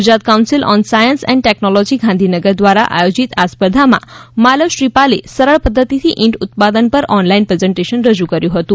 Gujarat council on science and technology Gandhinagar દ્વારા આયોજિત માલવ શ્રીપાલે સરળ પદ્વતિથી ઈંટ ઉત્પાદન પર ઓનલાઈન પ્રેઝન્ટેશન રજૂ કર્યું હતું